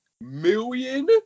million